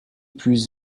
plus